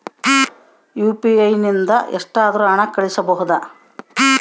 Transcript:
UPI ನಿಂದ ಎಷ್ಟಾದರೂ ಹಣ ಕಳಿಸಬಹುದಾ?